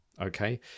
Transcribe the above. okay